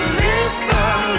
listen